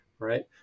right